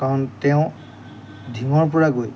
কাৰণ তেওঁ ধিঙৰপৰা গৈ